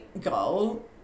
goal